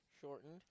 Shortened